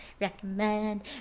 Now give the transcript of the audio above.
Recommend